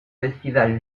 festival